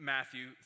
Matthew